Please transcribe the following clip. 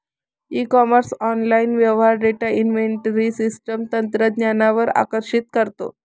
E commerce online व्यवहार data inventory system तंत्रज्ञानावर आकर्षित करतो